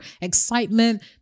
excitement